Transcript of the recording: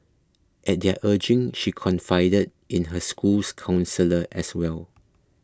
at their urging she confided in her school's counsellor as well